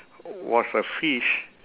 was a fish